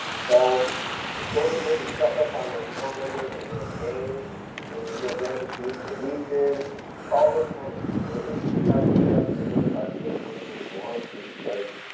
so it's always good to check up on those phone numbers and those names when you get rent receipts or leases. call those phone numbers, or at least try to look up and identify who those phone numbers belong to because